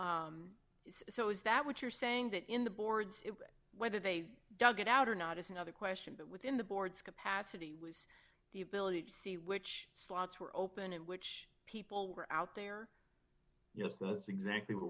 whatever so is that what you're saying that in the board's whether they dug it out or not is another question that within the board's capacity was the ability to see which slots were open and which people were out there you know that's exactly what